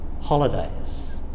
holidays